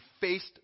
faced